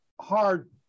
hard